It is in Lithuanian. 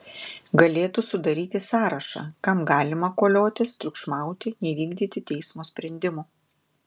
galėtų sudaryti sąrašą kam galima koliotis triukšmauti nevykdyti teismo sprendimų